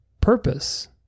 purpose